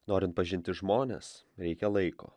norint pažinti žmones reikia laiko